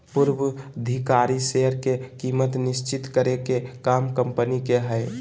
पूर्वधिकारी शेयर के कीमत निश्चित करे के काम कम्पनी के हय